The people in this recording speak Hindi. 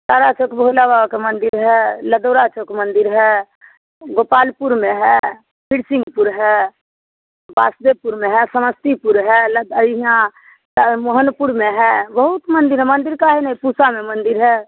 तारा चौक भोले बाबा का मंदिर है लदौरा चौक मंदिर है गोपालपुर में है बिरसिंहपुर है बासदेवपुर में है समस्तीपुर है लद आ हियाँ मोहनपुर में है बहुत मंदिर हैं मंदिर काहे नहीं पूसा में मंदिर है